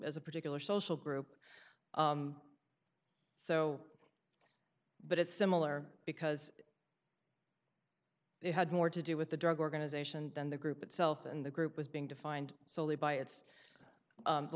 as a particular social group so but it's similar because it had more to do with the drug organization than the group itself and the group was being defined solely by its